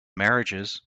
marriages